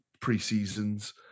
pre-seasons